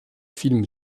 films